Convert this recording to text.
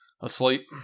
asleep